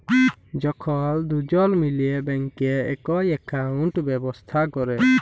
যখল দুজল মিলে ব্যাংকে একই একাউল্ট ব্যবস্থা ক্যরে